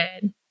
Good